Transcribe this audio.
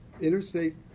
Interstate